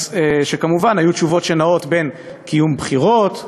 כמובן היו תשובות שנעות בין קיום בחירות,